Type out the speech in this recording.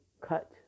cut